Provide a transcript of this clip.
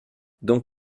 dans